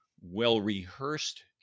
well-rehearsed